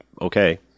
okay